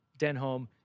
Denholm